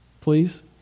Please